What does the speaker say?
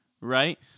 right